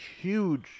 huge